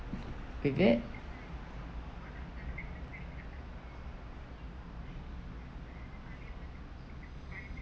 with it